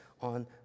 on